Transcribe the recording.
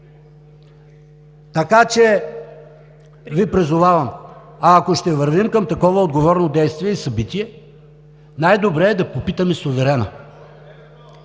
Така че Ви призовавам – ако ще вървим към такова отговорно действие и събитие, най-добре е да попитаме суверена.